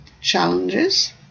challenges